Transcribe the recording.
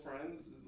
friends